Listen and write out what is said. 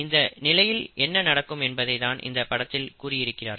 இந்த நிலையில் என்ன நடக்கும் என்பதை தான் இந்த படத்தில் கூறியிருக்கிறார்கள்